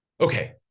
okay